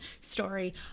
story